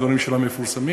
והדברים שלה מפורסמים.